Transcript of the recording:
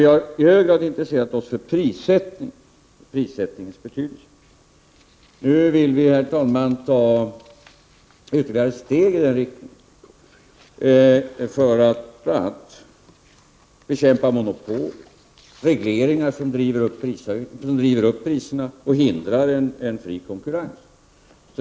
Vi har i hög grad intresserat oss för prissättningens betydelse. Nu vill vi, herr talman, ta ytterligare steg i den riktningen för att bl.a. bekämpa monopol och regleringar som driver upp priserna och hindrar en fri konkurrens.